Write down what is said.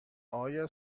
آیا